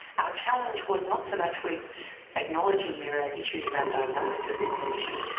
our challenge was not so much with acknowledging there are issues around diagnosis of this condition,